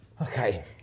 Okay